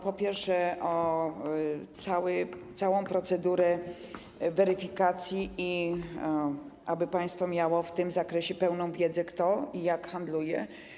Po pierwsze, chodzi o całą procedurę weryfikacji i to, aby państwo miało w tym zakresie pełną wiedzę, kto i jak handluje.